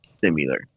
similar